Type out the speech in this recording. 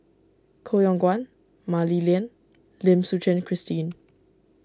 Koh Yong Guan Mah Li Lian Lim Suchen Christine